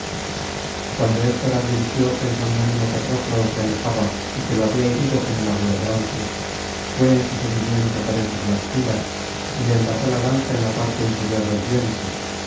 cuando héctor advirtió que el magnánimo patroclo se alejaba y que lo habían herido con el agudo bronce fué en su seguimiento por entre las filas y le envasó la lanza en la parte inferior del vientre